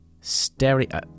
stereo